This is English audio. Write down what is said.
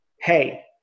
Hey